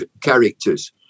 characters